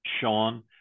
Sean